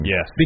Yes